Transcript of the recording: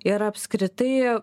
ir apskritai